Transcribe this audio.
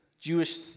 Jewish